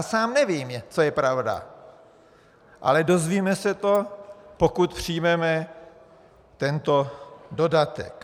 Sám nevím, co je pravda, ale dozvíme se to, pokud přijmeme tento dodatek.